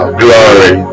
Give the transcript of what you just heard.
glory